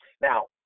Now